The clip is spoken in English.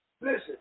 Listen